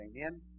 Amen